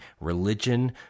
religion